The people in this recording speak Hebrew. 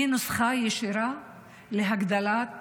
היא נוסחה ישירה להגדלת